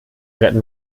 retten